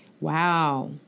Wow